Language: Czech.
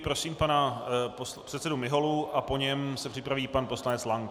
Prosím pana předsedu Miholu a po něm se připraví pan poslanec Lank.